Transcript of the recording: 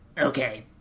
Okay